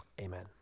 Amen